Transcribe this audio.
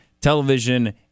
television